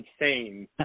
insane